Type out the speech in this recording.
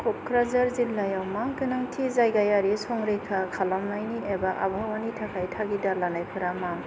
क'क्राझार जिल्लायाव मा गोनांथि जायगायारि संरैखा खालामनायनि एबा आबहावानि थाखाय थागिदा लानायफोरा मा